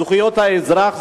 זכויות האזרח,